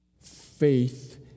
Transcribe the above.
faith